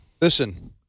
Listen